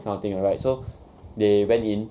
that kind of thing right so they went in